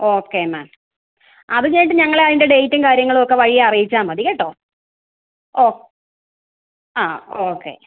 okay ma'am അത് കഴിഞ്ഞിട്ട് ഞങ്ങളെ അതിൻ്റെ ഡേറ്റും കാര്യങ്ങളുമൊക്കെ വഴിയേ അറിയിച്ചാൽ മതി കേട്ടോ ഓ ആ ഓക്കെ